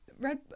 red